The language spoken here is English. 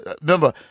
remember